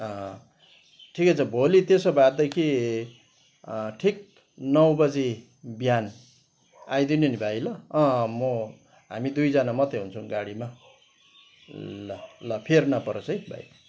ठिकै छ भोलि त्यसो भएदेखि ठिक नौ बजी बिहान आइदिनु नि भाइ ल म हामी दुईजना मात्रै हुन्छौँ गाडीमा ल ल फेर नपरोस् है भाइ